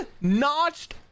notched